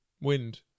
wind